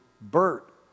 Bert